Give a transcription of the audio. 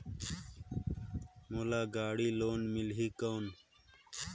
मोला गाड़ी लोन मिलही कौन?